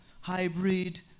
hybrid